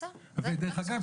ודרך אגב,